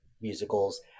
musicals